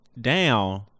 down